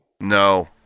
No